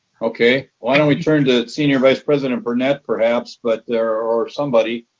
okay, why don't we turn to senior vice president burnett perhaps but there are somebody?